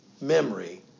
memory